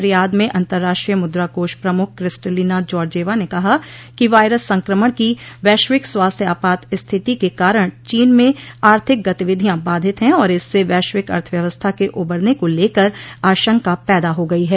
Riyadh में अंतर्राष्ट्रीय मुद्राकोष प्रमुख क्रिस्टलिना जॉर्जेवा न कहा कि वायरस संक्रमण की वैश्विक स्वास्थ्य आपात स्थिति के कारण चीन में आर्थिक गतिविधियां बाधित हैं और इससे वैश्विक अर्थव्यवस्था के उबरने को लेकर आशंका पैदा हो गई है